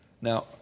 Now